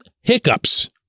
hiccups